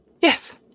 Yes